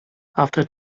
after